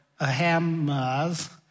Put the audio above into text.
Ahamaz